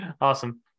awesome